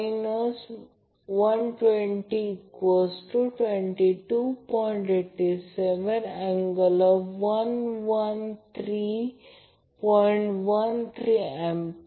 त्याचप्रमाणे Vbn साठी आणि त्याचप्रमाणे Vcn साठी याचा अर्थ जर ते येथे प्लॉट केले तर याचा अर्थ असा आहे की हे Van Vbn Vcn आहे जर येथे प्लॉट केले तर या प्रकरणात Vanला काय म्हणावे